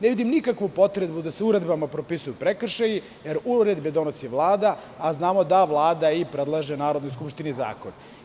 Ne vidim nikakvu potrebu da se uredbama propisuju prekršaji, jer uredbe donosi Vlada, a znamo da Vlada predlaže Narodnoj skupštini zakon.